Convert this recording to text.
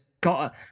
got